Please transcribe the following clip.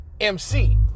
MC